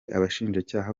abashinjacyaha